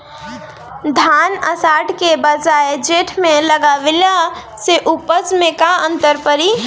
धान आषाढ़ के बजाय जेठ में लगावले से उपज में का अन्तर पड़ी?